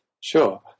sure